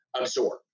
absorb